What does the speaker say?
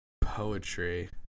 poetry